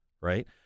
right